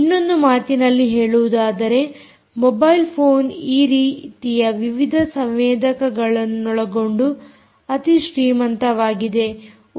ಇನ್ನೊಂದು ಮಾತಿನಲ್ಲಿ ಹೇಳುವುದಾದರೆ ಮೊಬೈಲ್ ಫೋನ್ ವಿವಿಧ ರೀತಿಯ ಸಂವೇದಕಗಳನ್ನೊಳಗೊಂಡು ಅತಿ ಶ್ರೀಮಂತವಾಗಿದೆ